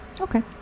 okay